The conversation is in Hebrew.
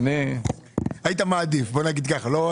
היית מעדיף, בוא נגיד ככה.